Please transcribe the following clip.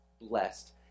Blessed